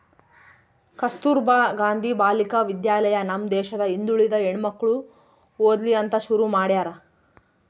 ಕಸ್ತುರ್ಭ ಗಾಂಧಿ ಬಾಲಿಕ ವಿದ್ಯಾಲಯ ನಮ್ ದೇಶದ ಹಿಂದುಳಿದ ಹೆಣ್ಮಕ್ಳು ಓದ್ಲಿ ಅಂತ ಶುರು ಮಾಡ್ಯಾರ